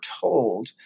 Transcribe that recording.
told